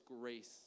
grace